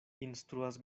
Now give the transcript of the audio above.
instruas